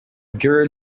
girl